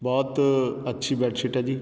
ਬਹੁਤ ਅੱਛੀ ਬੈੱਡਸ਼ੀਟ ਹੈ ਜੀ